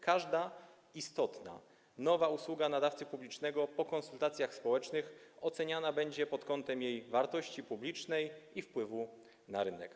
Każda istotna nowa usługa nadawcy publicznego po konsultacjach społecznych będzie oceniana pod kątem jej wartości publicznej i wpływu na rynek.